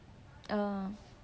oh